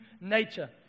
nature